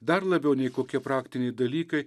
dar labiau nei kokie praktiniai dalykai